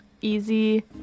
easy